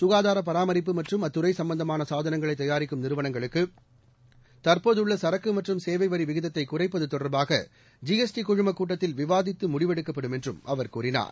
சுகாதார பராமரிப்பு மற்றும் அத்துறை சும்பந்தமான சாதனங்களை தயாரிக்கும் நிறுவனங்களுக்கு தற்போதுள்ள சரக்கு மற்றும் சேவை வரி விகிதத்தை குறைப்பது தொடர்பாக ஜிஎஸ்டி குழுமக் கூட்டத்தில் விவாதித்து முடிவெடுக்கப்படும் என்றும் அவர் கூறினார்